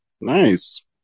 nice